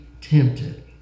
tempted